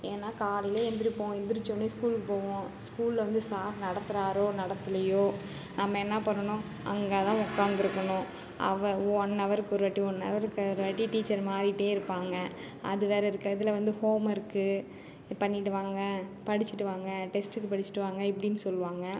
ஏன்னால் காலையிலே எழுந்திரிப்போம் எழுந்திரிச்சோன்னே ஸ்கூல்க்கு போவோம் ஸ்கூலில் வந்து சார் நடத்துகிறாரோ நடத்துலேயோ நம்ம என்ன பண்ணணும் அங்கே தான் உட்காந்துருக்கணும் அவ ஒன் அவருக்கு ஒரு வாட்டி ஒன் அவருக்கு ஒரு வாட்டி டீச்சர் மாதிரிட்டே இருப்பாங்க அது வேறு இருக்குது இதில் வந்து ஹோம் ஒர்க்கு பண்ணிகிட்டு வாங்க படிச்சுட்டு வாங்க டெஸ்ட்டுக்கு படிச்சுட்டு வாங்க இப்படின்னு சொல்லுவாங்க